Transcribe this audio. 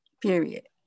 Period